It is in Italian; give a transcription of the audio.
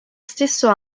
stesso